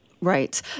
Right